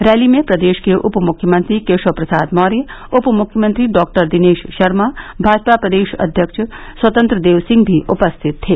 rally में प्रदेश के उप मुख्यमंत्री केशव प्रसाद मौर्य उप मुख्यमंत्री डॉ दिनेश शर्मा भाजपा प्रदेश अध्यक्ष स्वतंत्र देव सिंह भी उपस्थित थे